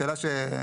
היא שאלה טובה.